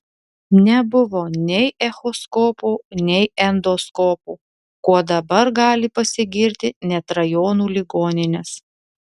nebuvo nei echoskopų nei endoskopų kuo dabar gali pasigirti net rajonų ligoninės